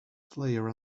slayer